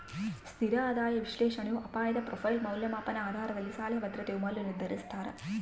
ಸ್ಥಿರ ಆದಾಯ ವಿಶ್ಲೇಷಣೆಯು ಅಪಾಯದ ಪ್ರೊಫೈಲ್ ಮೌಲ್ಯಮಾಪನ ಆಧಾರದಲ್ಲಿ ಸಾಲ ಭದ್ರತೆಯ ಮೌಲ್ಯ ನಿರ್ಧರಿಸ್ತಾರ